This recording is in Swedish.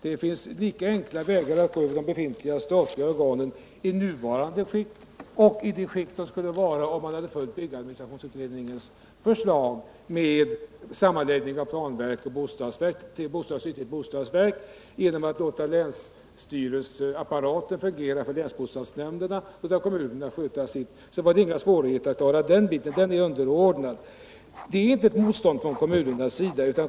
Det finns lika enkla vägar att gå med de befintliga statliga organen i deras nuvarande skick och i det skick de skulle vara om man hade följt byggadministrationsutredningens förslag med sammanläggning av planverk och bostadsverk och genom att låta länsstyrelseapparaten fungera för länsbostadsnämnderna. Därmed skulle det inte vara några svårigheter att klara den biten, som dessutom är av underordnad betydelse. Det är inget motstånd från kommunernas sida.